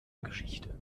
geschichte